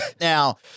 Now